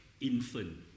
infant